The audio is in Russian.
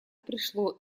пришло